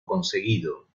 conseguido